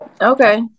Okay